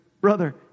brother